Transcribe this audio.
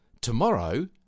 tomorrow